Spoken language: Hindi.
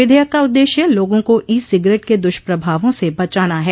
विधेयक का उद्देश्य लोगों को ई सिगरेट के दूष्प्रभावों से बचाना है